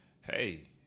Hey